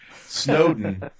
Snowden